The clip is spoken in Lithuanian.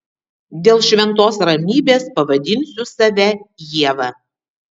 dėl šventos ramybės pavadinsiu save ieva